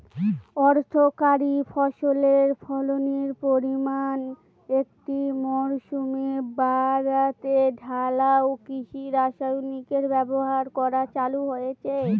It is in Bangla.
অর্থকরী ফসলের ফলনের পরিমান একটি মরসুমে বাড়াতে ঢালাও কৃষি রাসায়নিকের ব্যবহার করা চালু হয়েছে